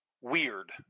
weird